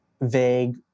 vague